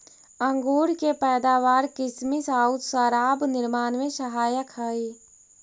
अंगूर के पैदावार किसमिस आउ शराब निर्माण में सहायक हइ